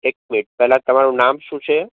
એક મિનિટ પેલા તમારું નામ શું છે